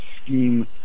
scheme